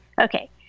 Okay